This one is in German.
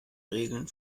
regeln